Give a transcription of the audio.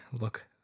look